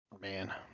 Man